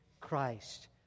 Christ